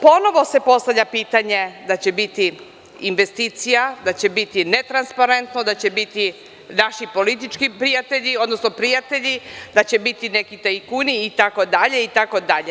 Ponovo se postavlja pitanje da će biti investicija, da će biti netransparentno, da će biti naši politički prijatelji, odnosno prijatelji, da će biti neki tajkuni itd, itd.